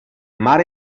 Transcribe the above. mar